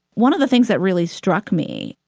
one of the things that really struck me,